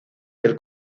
del